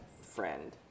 friend